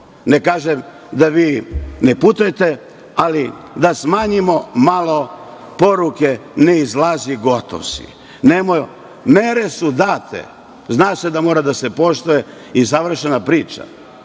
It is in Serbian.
Ne kažem da vi ne putujete, ali da smanjimo malo poruke - ne izlazi gotov si. Mere su date, zna se da mora da se poštuje i završena priča.